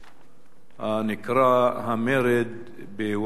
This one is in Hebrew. הנקרא "המרד בוואן",